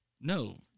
No